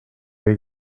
les